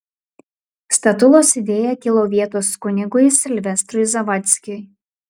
statulos idėja kilo vietos kunigui silvestrui zavadzkiui